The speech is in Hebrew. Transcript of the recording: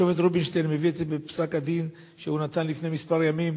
השופט רובינשטיין מביא את זה בפסק-הדין שהוא נתן לפני כמה ימים,